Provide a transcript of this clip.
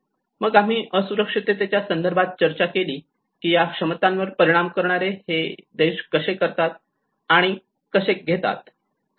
तर मग आम्ही असुरक्षिततेच्या संदर्भात चर्चा केली की या क्षमतांवर परिणाम करणारे हे कसे देतात आणि कसे घेतात